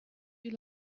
you